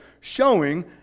showing